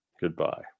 Goodbye